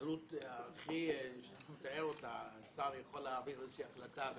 בקלות השר יכול להעביר איזושהי החלטה.